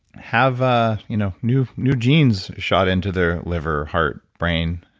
have ah you know new new genes shot into their liver, heart, brain?